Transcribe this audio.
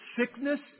sickness